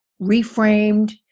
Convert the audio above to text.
reframed